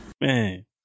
Man